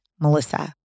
Melissa